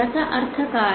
याचा अर्थ काय